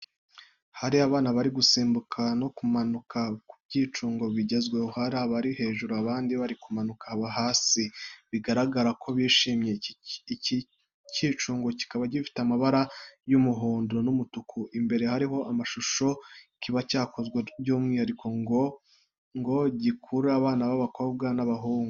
Hari abana bari gusimbuka no kumanuka ku byicungo bigezweho. Hari abari hejuru, abandi bari kumanuka hasi biragaragara ko bishimye, iki cyicungo kikaba gifite amabara y'umuhondo n'umutuku. Imbere hariho amashusho kiba cyarakozwe by'umwihariko ngo gikurure abana b’abakobwa n’abahungu.